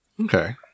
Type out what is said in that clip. Okay